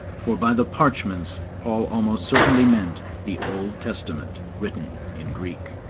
for by the parchments paul almost certainly meant the old testament written in greek.